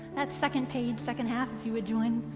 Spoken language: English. that second page, second half if you would join.